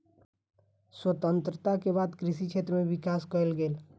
स्वतंत्रता के बाद कृषि क्षेत्र में विकास कएल गेल